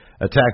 attacks